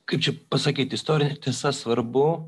kaip čia pasakyt istorinė tiesa svarbu